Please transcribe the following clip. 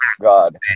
God